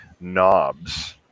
knobs